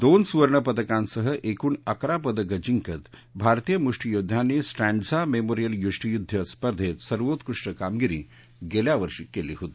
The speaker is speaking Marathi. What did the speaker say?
दोन सुवर्णपदकांसह एकूण अकरा पदकं जिंकत भारतीय मुष्टीयोध्यांनी स्ट्रेडिजा मेमोरीयल मुष्टियुद्ध स्पर्धेत सर्वोत्कृष्ट कामगिरी गेल्या वर्षी केली होती